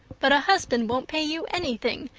but a husband won't pay you anything,